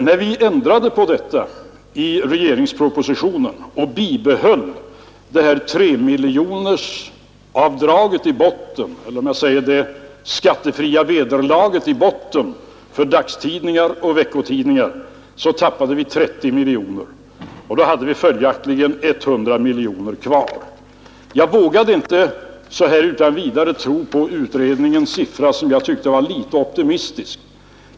När vi ändrade på detta och i regeringspropositionen bibehöll det skattefria vederlaget i botten för dagstidningar och veckotidningar, tappade vi 30 miljoner. Då hade vi följaktligen 100 miljoner kvar. Jag vågade inte så här utan vidare tro på utredningens siffra, som jag tyckte var litet optimistisk.